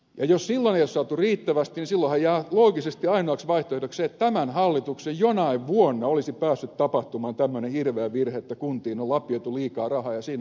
jos silloin ei ole saatu riittävästi niin silloinhan jää loogisesti ainoaksi vaihtoehdoksi se että tämän hallituksen aikana jonain vuonna olisi päässyt tapahtumaan tämmöinen hirveä virhe että kuntiin on lapioitu liikaa rahaa ja siinä on kuntatalouden iso ongelma